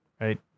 Right